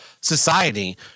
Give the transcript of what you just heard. society